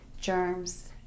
germs